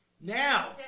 Now